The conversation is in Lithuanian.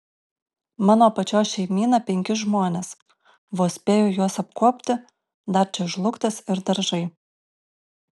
mano pačios šeimyna penki žmonės vos spėju juos apkuopti dar čia žlugtas ir daržai